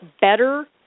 better